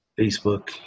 Facebook